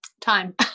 time